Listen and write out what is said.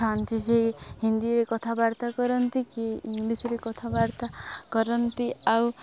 ଥାନ୍ତି ସେଇ ହିନ୍ଦୀରେ କଥାବାର୍ତ୍ତା କରନ୍ତି କି ଇଂଲିଶରେ କଥାବାର୍ତ୍ତା କରନ୍ତି ଆଉ